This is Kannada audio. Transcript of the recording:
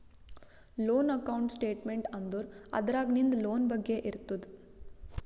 ಲೋನ್ ಅಕೌಂಟ್ ಸ್ಟೇಟ್ಮೆಂಟ್ ಅಂದುರ್ ಅದ್ರಾಗ್ ನಿಂದ್ ಲೋನ್ ಬಗ್ಗೆ ಇರ್ತುದ್